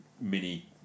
mini